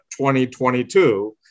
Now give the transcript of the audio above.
2022